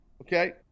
okay